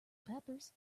peppers